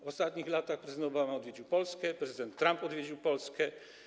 W ostatnich latach prezydent Obama odwiedził Polskę, prezydent Trump odwiedził Polskę.